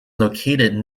located